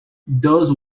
those